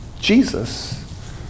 Jesus